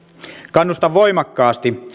kannustan voimakkaasti